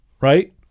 right